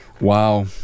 Wow